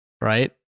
right